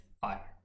fire